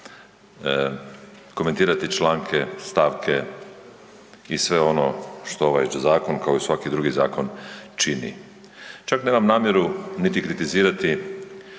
komentirati članke, stavke i sve ono što već ovaj zakon kao i svaki drugi zakon čini, čak nemam namjeru niti kritizirati